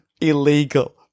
illegal